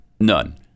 None